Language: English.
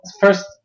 first